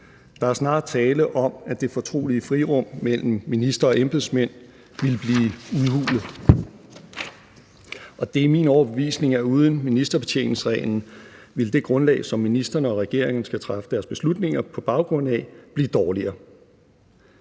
Der er snarere tale om, at det fortrolige frirum mellem minister og embedsmænd ville blive udhulet. Og det er min overbevisning, at uden ministerbetjeningsreglen ville det grundlag, som ministeren og regeringen skal træffe deres beslutninger på baggrund af, blive dårligere.